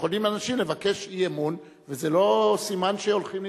יכולים אנשים לבקש אי-אמון וזה לא סימן שהולכים להתפזר.